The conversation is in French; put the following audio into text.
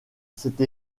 cette